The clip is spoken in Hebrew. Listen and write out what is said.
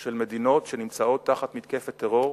של מדינות שנמצאות תחת מתקפת טרור,